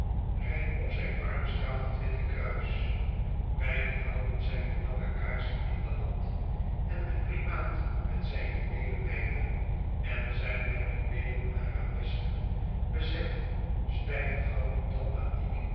rein op zijn arm straalt het witte kruis beiden houden zij nu lange kaarsen in de hand en de primaat met zijn juweelen mijter en zijn met juweelen arabesken bezette